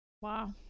Wow